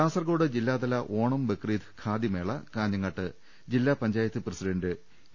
കാസർകോട് ജില്ലാതല ഓണം ബക്രീദ് ഖാദിമേള കാഞ്ഞങ്ങാട്ട് ജില്ലാ പഞ്ചായത്ത് പ്രസിഡന്റ് എ